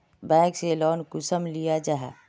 Bank से loan कुंसम लिया जाहा?